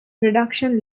production